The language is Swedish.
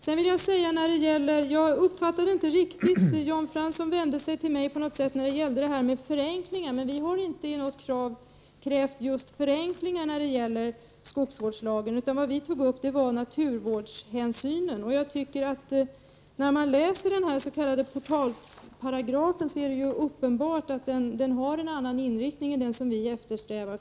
Jag uppfattade inte riktigt vad Jan Fransson sade när han vände sig till mig i frågan om förenklingar av skogsvårdslagen, men vi har inte krävt några sådana. Vad vi tog upp var naturvårdshänsynen. Den s.k. portalparagrafen har uppenbart en annan inriktning än den som vi eftersträvar.